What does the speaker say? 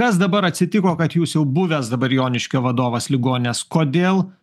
kas dabar atsitiko kad jūs jau buvęs dabar joniškio vadovas ligoninės kodėl